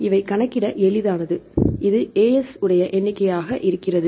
இவை கணக்கிட எளிதானது இது As உடைய எண்ணிக்கையாக இருக்கிறது